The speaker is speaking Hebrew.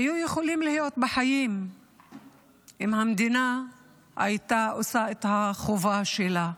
היו יכולים להיות בחיים אם המדינה הייתה עושה את החובה שלה.